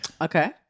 Okay